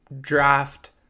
draft